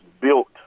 built